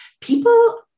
people